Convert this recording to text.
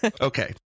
Okay